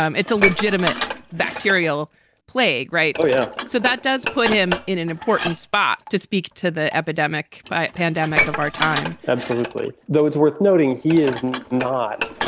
um it's a legitimate bacterial plague, right? yeah. so that does put him in an important spot to speak to the epidemic pandemic of our time absolutely. though it's worth noting he is not.